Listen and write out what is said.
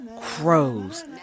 crows